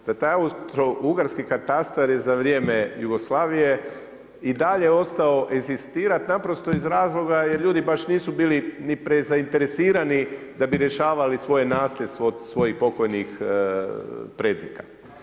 Da taj austrougarski katastar je za vrijeme Jugoslavije i dalje ostao egzistirati, naprosto iz razloga, jer ljudi baš nisu bili ni prezainteresirani, da bi rješavali svoje nasljedstvo od svojih pokojnih prednika.